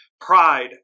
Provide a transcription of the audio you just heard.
pride